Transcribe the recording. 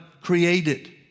created